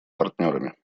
партнерами